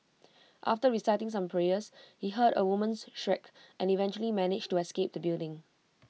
after reciting some prayers he heard A woman's shriek and eventually managed to escape the building